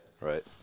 right